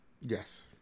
Yes